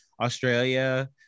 Australia